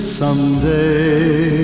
someday